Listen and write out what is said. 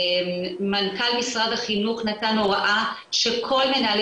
מנכ"ל משרד החינוך נתן הוראה שכל מנהלי